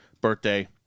birthday